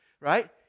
right